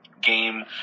game